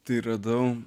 tai radau